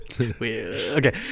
Okay